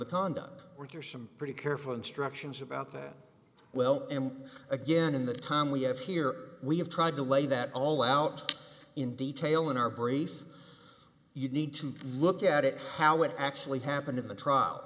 are some pretty careful instructions about that well and again in the time we have here we have tried to lay that all out in detail in our brief you need to look at it how it actually happened in the trial